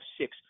six